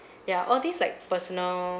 ya all these like personal